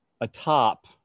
atop